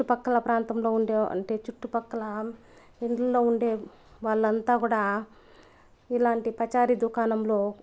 చుట్టుపక్కల ప్రాంతంలో ఉండే అంటే చుట్టుపక్కల ఇండ్లలో ఉండే వాళ్లంతా కూడా ఇలాంటి పచారీ దుకాణంలో